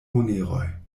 moneroj